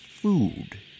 food